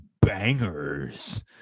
bangers